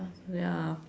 ya